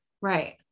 right